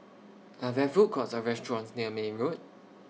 Are There Food Courts Or restaurants near May Road